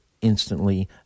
instantly